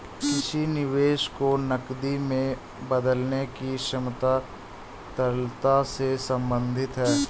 किसी निवेश को नकदी में बदलने की क्षमता तरलता से संबंधित है